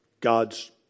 God's